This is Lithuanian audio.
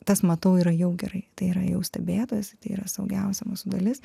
tas matau yra jau gerai tai yra jau stebėtojas tai yra saugiausia mūsų dalis